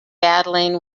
battling